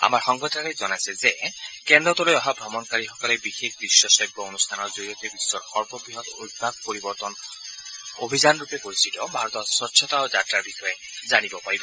আমাৰ সংবাদদাতাই জনাইছে যে কেন্দ্ৰটোলৈ অহা ভ্ৰমণকাৰীসকলে বিশেষ দৃশ্য শ্ৰাব্য অনুষ্ঠানৰ জৰিয়তে বিশ্বৰ সৰ্ববৃহৎ অভ্যাস পৰিৱৰ্তন অভিযানৰূপে পৰিচিত ভাৰতৰ স্বঙ্ছতা যাত্ৰাৰ বিষয়ে জানিব পাৰিব